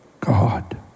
God